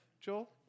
Joel